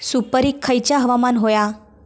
सुपरिक खयचा हवामान होया?